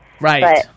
Right